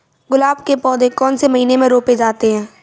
गुलाब के पौधे कौन से महीने में रोपे जाते हैं?